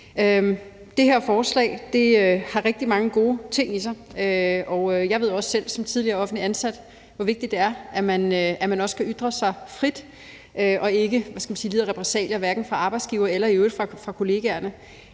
Det her forslag har rigtig mange gode ting i sig. Jeg ved også selv som tidligere offentligt ansat, hvor vigtigt det er, at man kan ytre sig frit og ikke møde repressalier, hverken fra arbejdsgivere eller i øvrigt fra kollegaerne.